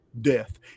death